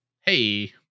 Hey